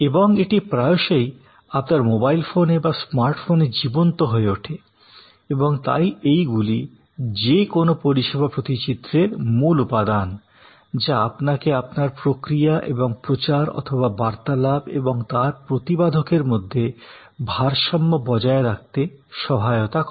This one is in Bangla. এবং এটি প্রায়শঃ আপনার মোবাইল ফোনে বা স্মার্টফোনে জীবন্ত হয় ওঠে এবং তাই এইগুলি যে কোন পরিষেবা প্রতিচিত্রের মূল উপাদান যা আপনাকে আপনার প্রক্রিয়া এবং প্রচার অথবা বার্তালাপ এবং তার প্রতিবাধকের মধ্যে ভারসাম্য বজায় রাখতে সহায়তা করে